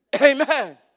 Amen